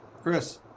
Chris